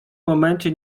momencie